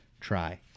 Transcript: Try